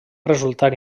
resultar